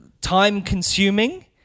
time-consuming